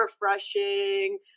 refreshing